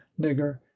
nigger